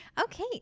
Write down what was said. Okay